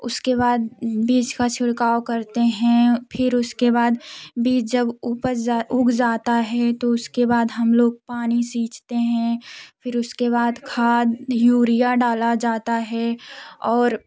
उसके बाद बीज का छिड़काव करते हैं फिर उसके बाद बीज जब उपज जा उग जाता है तो उसके बाद हम लोग पानी सींचते हैं फिर उसके बाद खाद यूरिया डाला जाता है और